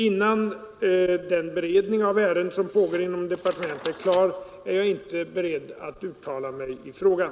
Innan den beredning av ärendet som pågår inom departementet är klar är jag inte beredd att uttala mig i frågan.